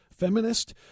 feminist